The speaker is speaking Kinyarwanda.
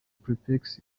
prepex